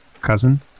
cousin